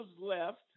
left